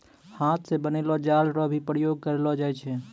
हाथ से बनलो जाल रो भी प्रयोग करलो जाय छै